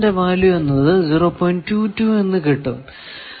22 എന്ന് കിട്ടും